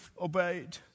obeyed